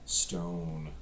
stone